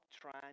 trying